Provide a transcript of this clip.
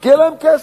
כי אין להם כסף.